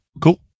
cool